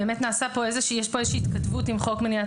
באמת יש כאן איזושהי התכתבות עם חוק מניעת